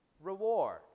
reward